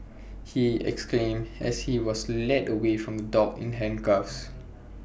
he exclaimed as he was led away from the dock in handcuffs